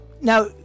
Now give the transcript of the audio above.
now